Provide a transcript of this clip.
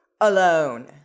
alone